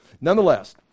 Nonetheless